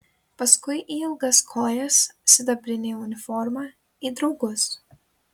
paskui į ilgas kojas sidabrinę uniformą į draugus